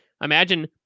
Imagine